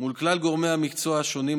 מול כלל גורמי המקצוע השונים,